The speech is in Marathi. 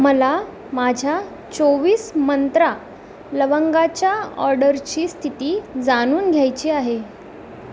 मला माझ्या चोवीस मंत्रा लवंगाच्या ऑर्डरची स्थिती जाणून घ्यायची आहे